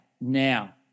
Now